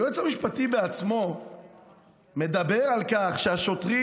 היועץ המשפטי בעצמו מדבר על כך שהשוטרים